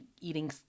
eating